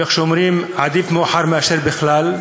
וכמו שאומרים: עדיף מאוחר מאשר בכלל לא.